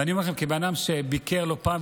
ואני אומר לך כבן אדם שביקר לא פעם,